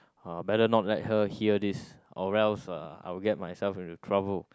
uh better not let her hear this or else uh I will get myself into trouble